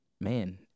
man